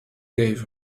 gave